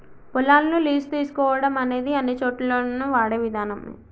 పొలాలను లీజు తీసుకోవడం అనేది అన్నిచోటుల్లోను వాడే విధానమే